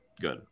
good